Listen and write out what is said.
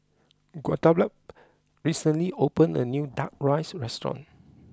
Guadalupe recently opened a new Duck Rice restaurant